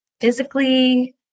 physically